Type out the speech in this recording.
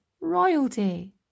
royalty